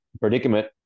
predicament